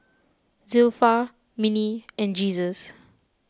Zilpha Minnie and Jesus